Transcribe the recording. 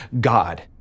God